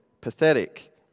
pathetic